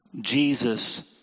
Jesus